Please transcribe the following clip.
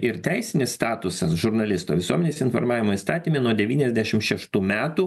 ir teisinis statusas žurnalisto visuomenės informavimo įstatyme nuo devyniasdešim šeštų metų